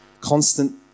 constant